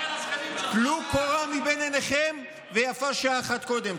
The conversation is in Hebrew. טלו קורה מבין עיניכם ויפה שעה אחת קודם.